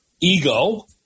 ego